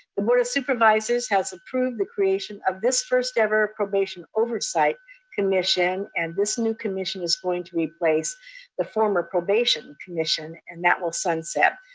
the board of supervisors has approved the creation of this first ever probation oversight commission. and this new commission is going to replace the former probation commission and that will sunset.